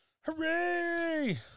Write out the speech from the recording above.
hooray